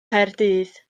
nghaerdydd